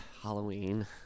Halloween